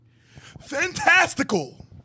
Fantastical